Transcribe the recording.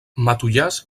matollars